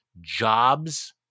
jobs